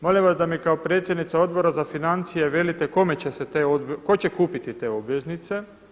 Molim vas da mi kao predsjednica Odbora za financije velite kome će se te, tko će kupiti te obveznice.